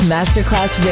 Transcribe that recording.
Masterclass